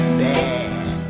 bad